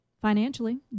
financially